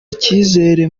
icyizere